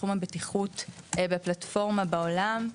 בתחום הבטיחות בפלטפורמה בעולם,